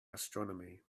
astronomy